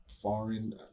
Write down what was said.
foreign